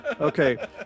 Okay